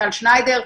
טל שניידר.